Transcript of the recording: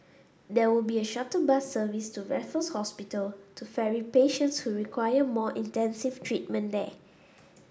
there will be a shuttle bus service to Raffles Hospital to ferry patients who require more intensive treatment there